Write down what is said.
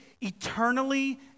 eternally